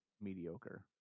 mediocre